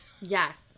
Yes